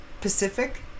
Pacific